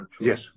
Yes